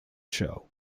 show